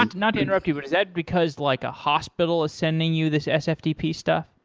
not not to interrupt you, but is that because like a hospital is sending you this fstp stuff?